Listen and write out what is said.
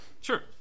sure